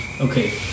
Okay